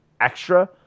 extra